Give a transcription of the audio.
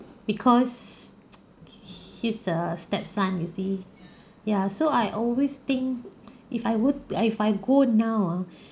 because he he's the stepson you see ya so I always think if I would err if I go now ah